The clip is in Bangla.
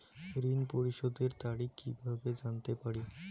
ঋণ পরিশোধের তারিখ কিভাবে জানতে পারি?